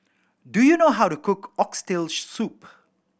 do you know how to cook Oxtail Soup